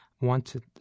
wanted